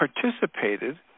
participated